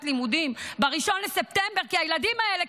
הלימודים ב-1 בספטמבר כי הילדים האלה,